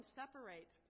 separate